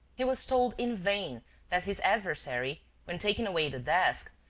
he was told in vain that his adversary, when taking away the desk,